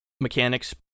mechanics